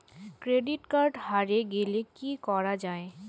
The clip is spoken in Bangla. ক্রেডিট কার্ড হারে গেলে কি করা য়ায়?